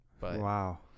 Wow